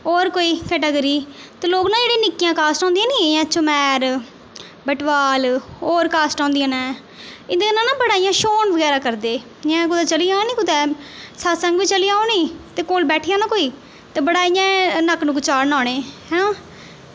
होर कोई कैटागरी ते लोग ना जेह्ड़ियां निक्कियां कास्टां होंदियां ना इ'यां चमैर बटवाल होर कास्टां होंदियां न इंदे कन्नै ना बड़ा इ'यां छ्होन बगैरा करदे इ'यां कुतै चली जाओ ना कुतै सत्संग बी चली जाओ नी ते कोल बैठी जा ना कोई ते बड़ा इ'यां नक्क नुक्क चाढ़ना उ'नें ऐं